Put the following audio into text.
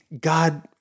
God